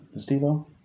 Steve-O